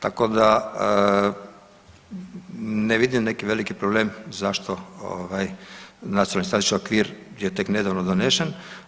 Tako da ne vidim neki veliki problem zašto nacionalni strateški okvir je tek nedavno donesen.